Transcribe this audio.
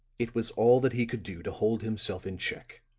it was all that he could do to hold himself in check.